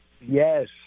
yes